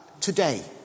Today